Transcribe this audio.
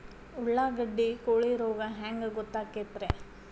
ಉಳ್ಳಾಗಡ್ಡಿ ಕೋಳಿ ರೋಗ ಹ್ಯಾಂಗ್ ಗೊತ್ತಕ್ಕೆತ್ರೇ?